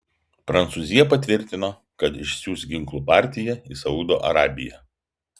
prancūzija patvirtino kad išsiųs ginklų partiją į saudo arabiją